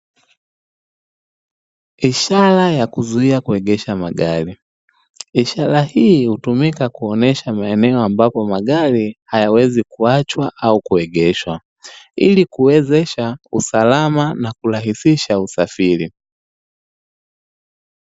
Ishara ya kuzuia kuegesha magari. Ishara hii hutumika kuonesha maeneo ambapo magari hayawezi kuachwa au kuegeshwa, ili kuwezesha usalama na kurahisisha usafiri.